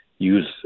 use